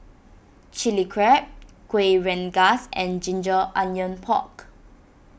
Chili Crab Kueh Rengas and Ginger Onions Pork